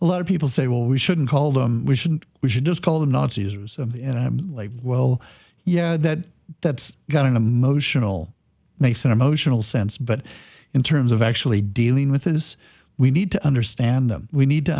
a lot of people say well we shouldn't call them we shouldn't we should just call them nazis and i'm like well yeah that that's got an emotional makes an emotional sense but in terms of actually dealing with this we need to understand them we need to